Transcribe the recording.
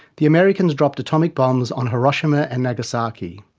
the americans dropped atomic bombs on hiroshima and nagasaki.